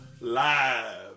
live